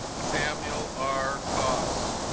samuel our costs